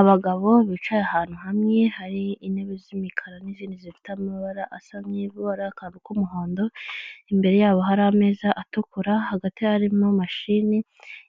Abagabo bicaye ahantu hamwe, hari intebe z'imikara n'izindi zifite amabara asa n'ivu, hari akantu k'umuhondo, imbere yabo hari ameza atukura, hagati harimo mashini